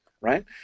right